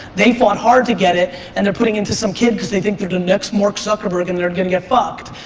they fought hard to get it and they're putting it into some kid cause they thinks they're the next mark zuckerberg and they're gonna get fucked.